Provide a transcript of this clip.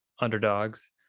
underdogs